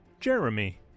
Jeremy